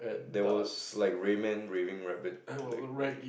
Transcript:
there was like Rayman raving rabbit like